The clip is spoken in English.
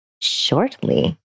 shortly